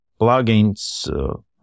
plugins